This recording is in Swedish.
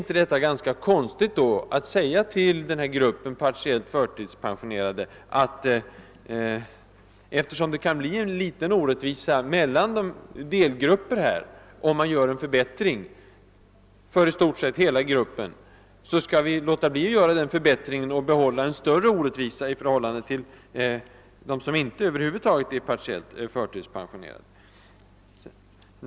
Men är det inte ganska konstigt att till gruppen partiellt förtidspensionerade säga: Eftersom det kan bli en liten orättvisa här mellan delgrupper, om man gör en förbättring för i stort sett hela gruppen, skall vi låta bli att genomföra denna förbättring och behålla en större orättvisa i förhållande till dem som över huvud taget inte är partiellt förtidspensionerade.